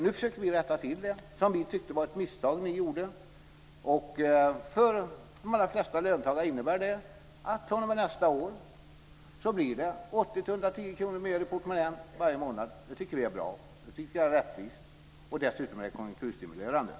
Nu försöker vi rätta till det som vi tycker var ett misstag ni gjorde. För de allra flesta löntagare innebär det att fr.o.m. nästa år blir det 80-110 kr mer i portmonnän varje månad. Det tycker vi är bra och rättvist. Dessutom är det konjunkturstimulerande.